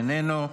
איננו.